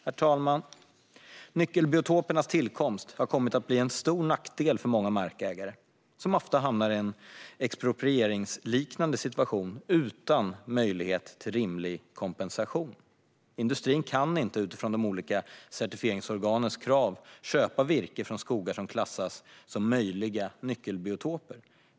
Herr talman! Nyckelbiotopernas tillkomst har kommit att bli en stor nackdel för många markägare, som ofta hamnar i en exproprieringsliknande situation utan möjlighet till rimlig kompensation. Industrin kan inte, utifrån de olika certifieringsorganens krav, köpa virke från skogar som klassas som möjliga nyckelbiotoper.